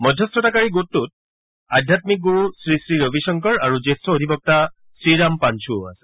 মধ্যস্থতাকাৰী গোটটোত আধ্যামিক গুৰু শ্ৰী শ্ৰী ৰবিশংকৰ আৰু জ্যেষ্ঠ অধিবক্তা শ্ৰীৰাম পাঞ্ণও আছে